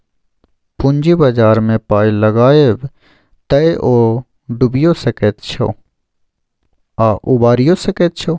पूंजी बाजारमे पाय लगायब तए ओ डुबियो सकैत छै आ उबारियौ सकैत छै